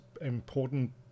important